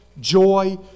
joy